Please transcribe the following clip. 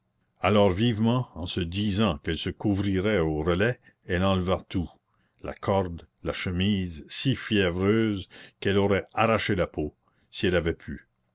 alors vivement en se disant qu'elle se couvrirait au relais elle enleva tout la corde la chemise si fiévreuse qu'elle aurait arraché la peau si elle avait pu